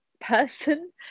person